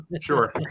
Sure